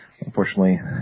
Unfortunately